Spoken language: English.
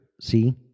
See